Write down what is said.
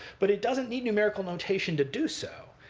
but it doesn't need numerical notation to do so.